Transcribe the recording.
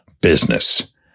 business